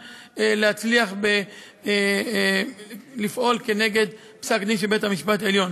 להצליח לפעול כנגד פסק-דין של בית-משפט עליון.